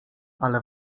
ale